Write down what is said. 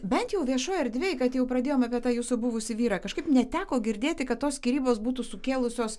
bent jau viešoj erdvėj kad jau pradėjom apie tą jūsų buvusį vyrą kažkaip neteko girdėti kad tos skyrybos būtų sukėlusios